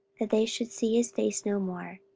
that they should see his face no more.